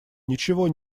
ничего